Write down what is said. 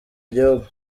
igihugu